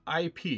IP